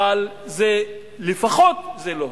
אבל זה לפחות לא הוגן.